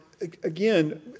again